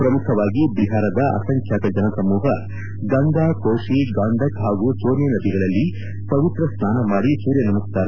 ಪ್ರಮುಖವಾಗಿ ಬಿಹಾರದ ಅಸಂಖ್ಯಾತ ಜನ ಸಮೂಹ ಗಂಗಾ ಕೋಶಿ ಗಾಂಡಕ್ ಹಾಗೂ ಸೋನೆ ನದಿಗಳಲ್ಲಿ ಪವಿತ್ರ ಸ್ನಾನ ಮಾಡಿ ಸೂರ್ಯ ನಮಸ್ತಾರ ಮಾಡಿದರು